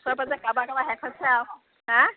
ওচৰে পাঁজৰে কাবাৰ কাবাৰ শেষ হৈছে আৰু হা